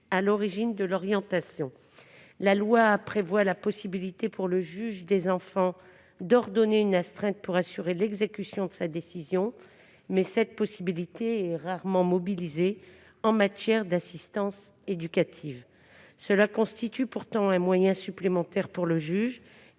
à l'origine de l'orientation. La loi prévoit la possibilité pour le juge des enfants d'ordonner une astreinte pour assurer l'exécution de cette décision, mais cette possibilité est rarement utilisée en matière d'assistance éducative. Cela constitue pourtant un moyen supplémentaire pour le juge